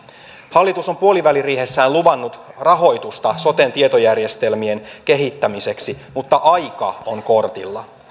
hallitus on puoliväliriihessään luvannut rahoitusta soten tietojärjestelmien kehittämiseksi mutta aika on kortilla